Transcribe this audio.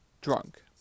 drunk